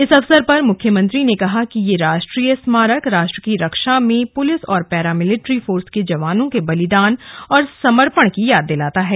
इस अवसर पर मुख्यमंत्री ने कहा की यह राष्ट्रीय स्मारक राष्ट्र की रक्षा में पुलिस और पैरा मिलिट्री फोर्स के जवानों के बलिदान और समपर्ण की याद दिलाता है